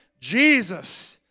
Jesus